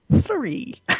three